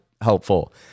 helpful